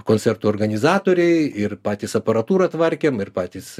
koncertų organizatoriai ir patys aparatūrą tvarkėm ir patys